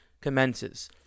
commences